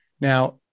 Now